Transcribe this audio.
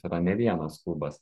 tai yra ne vienas klubas